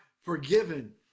forgiven